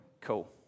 Cool